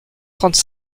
trente